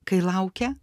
kai laukia